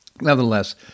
Nevertheless